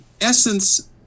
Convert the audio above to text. essence